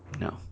no